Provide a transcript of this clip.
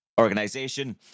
organization